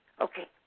Okay